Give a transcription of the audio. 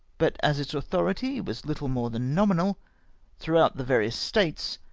but as its authority was little more than nominal throughout the various states,